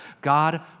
God